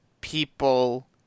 people